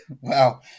Wow